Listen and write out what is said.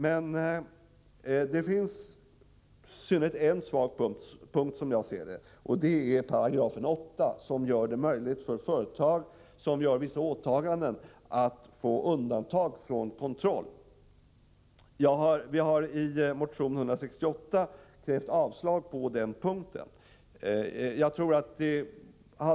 Men den har i synnerhet en svag punkt som jag ser det, nämligen 8 §, vilken gör det möjligt för företag som gör vissa åtaganden att undantas från kontroll. Vi har i motion 168 krävt en ändring på denna punkt.